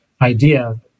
idea